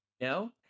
No